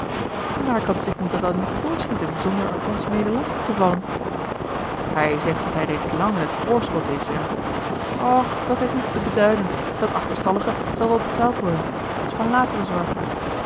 maar kan siegmund dat dan niet voorschieten zonder er ons mede lastig te vallen hij zegt dat hij reeds lang in t voorschot is en och dat heeft niets te beduiden dat achterstallige zal wel betaald worden dat is van latere zorge